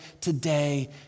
today